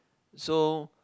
so